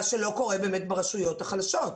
מה שלא קורה ברשויות החלשות.